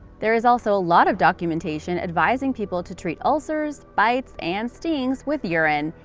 there is also a lot of documentation advising people to treat ulcers, bites, and stings with urine.